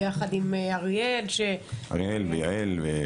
ביחד עם אריאל ויעל.